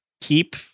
keep